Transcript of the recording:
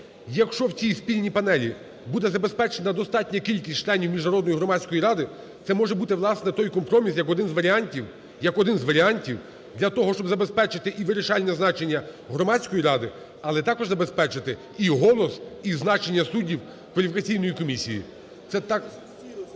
Якщо в цій спільній панелі буде забезпечена достатня кількість членів Міжнародної громадської ради, це може бути, власне, той компроміс, як один з варіантів для того, щоб забезпечити і вирішальне значення громадської ради, але також забезпечити і голос, і значення суддів кваліфікаційної комісії. І це